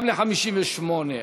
גם ל-58.